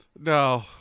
No